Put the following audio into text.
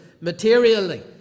materially